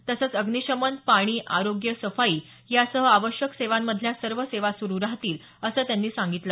तसंच अग्निशमन पाणी आरोग्य सफाई यासह आवश्यक सेवांमधल्या सर्व सेवा सुरु राहतील असं त्यांनी सांगितलं